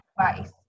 advice